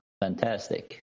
fantastic